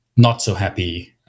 not-so-happy